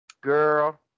Girl